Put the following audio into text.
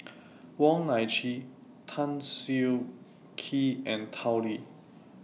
Wong Nai Chin Tan Siah Kwee and Tao Li